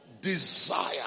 desire